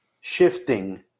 shifting